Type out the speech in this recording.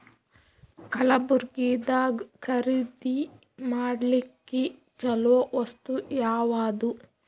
ಕಲಬುರ್ಗಿದಾಗ ಖರೀದಿ ಮಾಡ್ಲಿಕ್ಕಿ ಚಲೋ ವಸ್ತು ಯಾವಾದು?